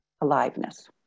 Aliveness